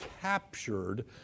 captured